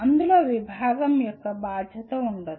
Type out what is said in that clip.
అందులో విభాగం యొక్క బాధ్యత ఉండదు